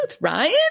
Ryan